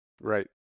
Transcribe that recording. Right